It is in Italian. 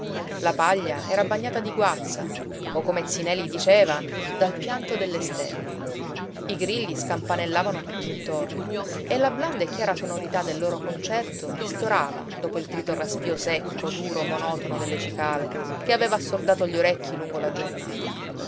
la paglia era bagnata di guazza o come zi neli diceva dal pianto delle stelle i grilli scampanellavano tutt'intorno e la blanda e chiara sonorità del loro concerto ristorava dopo il trito raspío secco duro monotono delle cicale che aveva assordato gli orecchi lungo la giornata